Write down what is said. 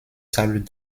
sables